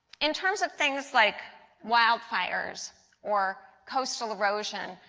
in terms of things like wildfires or coastal erosion,